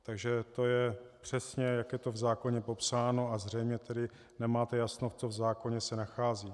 Takže to je přesně, jak je to v zákoně popsáno, a zřejmě tedy nemáte jasno, co se v zákoně nachází.